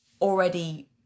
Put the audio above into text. Already